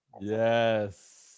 Yes